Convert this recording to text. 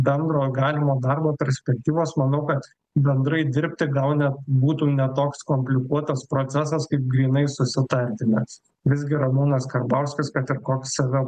bendro galimo darbo perspektyvos manau kad bendrai dirbti gal net būtų ne toks komplikuotas procesas kaip grynai susitarti nes visgi ramūnas karbauskis kad ir koks save